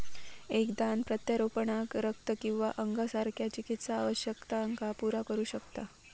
एक दान प्रत्यारोपणाक रक्त किंवा अंगासारख्या चिकित्सा आवश्यकतांका पुरा करू शकता